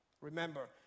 Remember